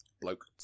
Bloke